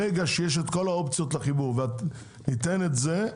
ברגע שיש כל האופציות לחיבור וניתן את זה,